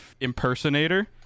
impersonator